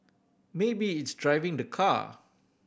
maybe it's driving the car